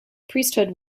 priesthood